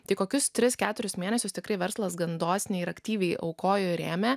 tai kokius tris keturis mėnesius tikrai verslas gan dosniai ir aktyviai aukojo ir rėmė